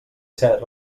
ser